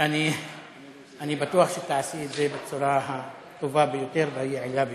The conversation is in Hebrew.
אני בטוח שתעשי את זה בצורה הטובה ביותר והיעילה ביותר.